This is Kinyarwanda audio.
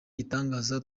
gitangaza